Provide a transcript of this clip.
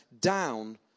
down